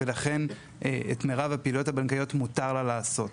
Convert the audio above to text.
ולכן את מירב הפעילויות הבנקאיות מותר לה לעשות.